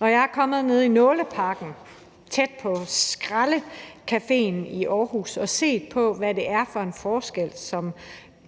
Når jeg er kommet nede i Nåleparken tæt på Skraldecaféen i Aarhus og har set, hvad det er for en forskel, som